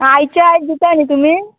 आं आयचें आयज दिता न्ही तुमी